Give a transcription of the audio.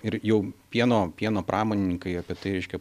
ir jau pieno pieno pramonininkai apie tai reiškia